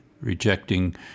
rejecting